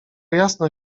jasno